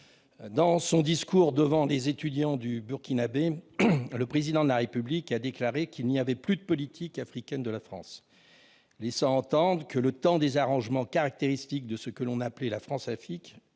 dans son discours devant les étudiants burkinabé, le Président de la République a déclaré qu'il n'y avait plus de politique africaine de la France, laissant entendre que le temps des arrangements caractéristiques de ce que l'on a appelé la « Françafrique